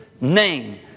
name